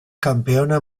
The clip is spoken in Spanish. campeona